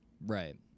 Right